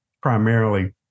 primarily